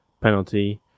penalty